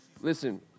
Listen